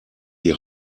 die